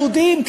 יהודים,